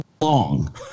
long